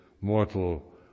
mortal